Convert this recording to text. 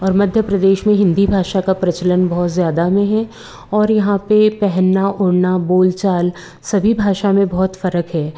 और मध्य प्रदेश में हिंदी भाषा का प्रचलन बहुत ज़्यादा में है और यहाँ पे पहनना ओड़ना बोल चाल सभी भाषा में बहुत फ़र्क़ है